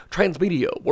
Transmedia